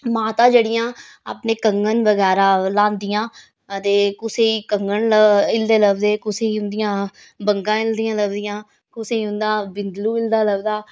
माता जेह्ड़ियां अपने कंगन बगैरा ओह् लान्दिया ते कुसै कंगन हिलदे लभदे कुसेई उंदियां बंगा हिलदियां लभदियां कुसेई उं'दा बिंदलू हिलदा लभदा